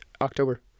October